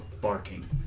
barking